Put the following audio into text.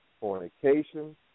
fornication